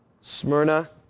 Smyrna